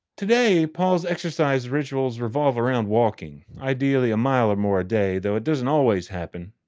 today, paul's exercise rituals revolve around walking, ideally a mile or more a day, though it doesn't always happen.